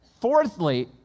Fourthly